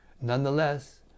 Nonetheless